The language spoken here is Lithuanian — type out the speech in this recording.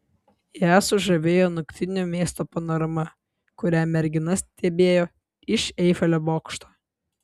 ją sužavėjo naktinio miesto panorama kurią mergina stebėjo iš eifelio bokšto